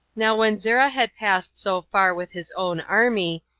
now when zerah had passed so far with his own army,